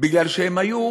בגלל שהם היו,